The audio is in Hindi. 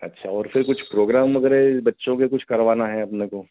अच्छा और कोई कुछ प्रोग्राम वग़ैरह बच्चों के कुछ करवाना है अपने को